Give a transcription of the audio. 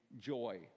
joy